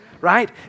right